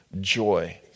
joy